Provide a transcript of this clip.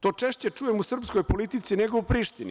To češće čujem u srpskoj politici, nego u Prištini.